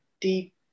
deep